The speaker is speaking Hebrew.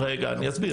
רגע, אני אסביר.